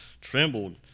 trembled